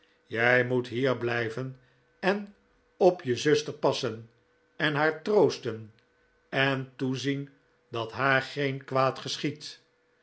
jij moet hier blijven en op je zuster passen en haar troosten en toezien dat haar geen kwaad geschiedt